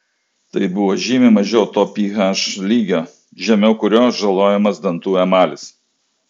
tai buvo žymiai mažiau to ph lygio žemiau kurio žalojamas dantų emalis